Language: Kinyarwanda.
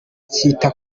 cyita